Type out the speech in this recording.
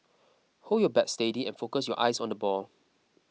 hold your bat steady and focus your eyes on the ball